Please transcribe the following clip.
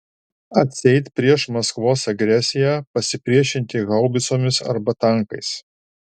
atseit prieš maskvos agresiją pasipriešinti haubicomis arba tankais